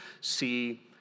see